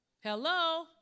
Hello